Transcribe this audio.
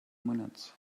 minutes